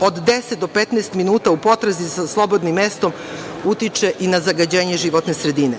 od 10 do 15 minuta u potrazi za slobodnim mestom utiče i na zagađenje životne sredine.